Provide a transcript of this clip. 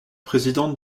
présidente